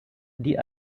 die